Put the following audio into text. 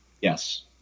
Yes